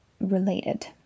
related